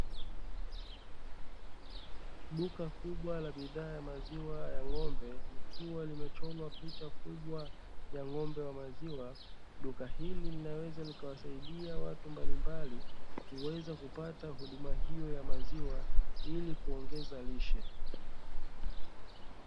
Duka kubwa la bidhaa ya maziwa ya ng'ombe likiwa limechorwa picha kubwa ya ng'ombe wa maziwa, duka hili linaweza likawasaida watu mbalimbali kuweza kupata huduma hiyo ya maziwa, ili kuongeza lishe.